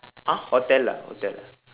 !huh! hotel ah hotel ah